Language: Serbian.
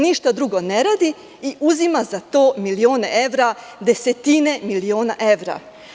Ništa drugo ne radi i uzima za to milione evra, desetine miliona evra.